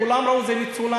כולם ראו את זה מצולם,